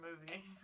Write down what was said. movie